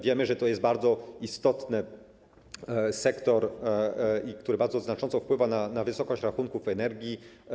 Wiemy, że to jest bardzo istotny sektor, który bardzo znacząco wpływa na wysokość rachunków energii.